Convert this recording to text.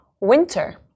Winter